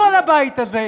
מכל הבית הזה,